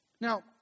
Now